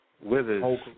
Withers